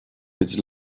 its